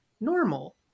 normal